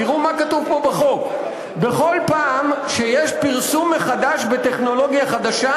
תראו מה כתוב פה בחוק: בכל פעם שיש פרסום מחדש בטכנולוגיה חדשה,